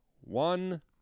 one